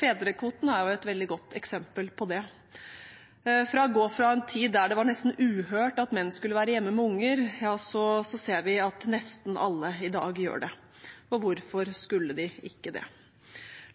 Fedrekvoten er et veldig godt eksempel på det. Fra å gå fra en tid da det var nesten uhørt at menn skulle være hjemme med unger, ser vi at nesten alle i dag er det, for hvorfor skulle de ikke være det?